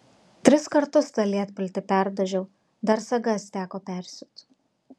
tris kartus tą lietpaltį perdažiau dar sagas teko persiūt